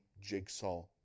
jigsaw